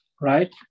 Right